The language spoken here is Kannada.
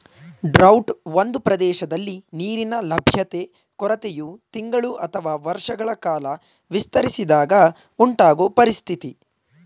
ಡ್ರೌಟ್ ಒಂದು ಪ್ರದೇಶದಲ್ಲಿ ನೀರಿನ ಲಭ್ಯತೆ ಕೊರತೆಯು ತಿಂಗಳು ಅಥವಾ ವರ್ಷಗಳ ಕಾಲ ವಿಸ್ತರಿಸಿದಾಗ ಉಂಟಾಗೊ ಪರಿಸ್ಥಿತಿ